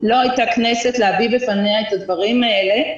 לא הייתה כנסת להביא בפניה את הדברים האלה,